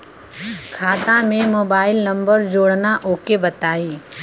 खाता में mobile number जोड़ना ओके बताई?